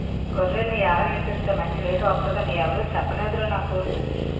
గొర్రెల్ని యాలం ఎసేస్తే మంచి రేటు వొత్తదని ఎవురూ సెప్పనేదురా నాకు